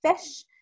fish